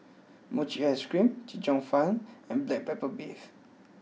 Mochi Ice Cream Chee Cheong Fun and Black Pepper Beef